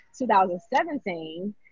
2017